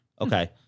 Okay